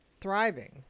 thriving